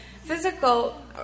physical